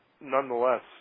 nonetheless